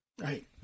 right